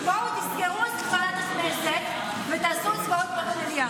בואו תסגרו את עבודת הכנסת ותעשו הצבעות במליאה,